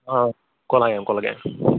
آ کۄلگامہِ کۄلگامہِ